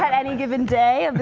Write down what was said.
and any given day